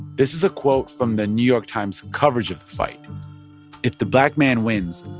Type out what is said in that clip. this is a quote from the new york times coverage of the fight if the black man wins,